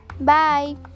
Bye